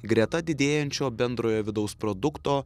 greta didėjančio bendrojo vidaus produkto